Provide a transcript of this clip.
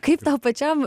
kaip tau pačiam